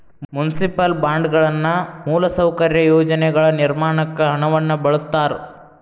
municipal ಬಾಂಡ್ಗಳನ್ನ ಮೂಲಸೌಕರ್ಯ ಯೋಜನೆಗಳ ನಿರ್ಮಾಣಕ್ಕ ಹಣವನ್ನ ಬಳಸ್ತಾರ